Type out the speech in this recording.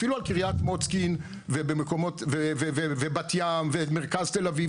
אפילו על קריית מוצקין ובת ים ומרכז תל אביב,